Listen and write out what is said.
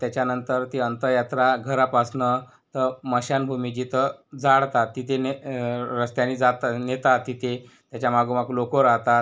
त्याच्यानंतर ती अंत्ययात्रा घरापासनं त स्मशानभूमी जिथं जाळतात तिथे ने रस्त्यानी जातं नेतात तिथे त्याच्या मागोमाग लोक राहतात